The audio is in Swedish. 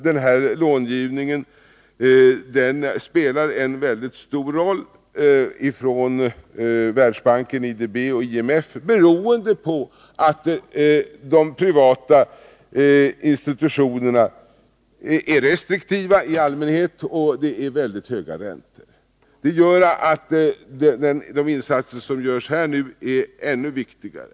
Dess värre spelar denna långivning från Världsbanken, IDB och IMF en mycket stor roll, eftersom de privata institutionerna i allmänhet Om ökat stöd till är restriktiva och eftersom det är väldigt höga räntor. De insatser som här nu =p efrielserörelserna görs är därför ännu angelägnare.